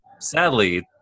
Sadly